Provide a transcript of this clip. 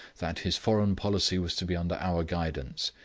that his foreign policy was to be under our guidance,